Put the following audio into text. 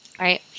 right